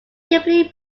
deeply